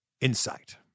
insight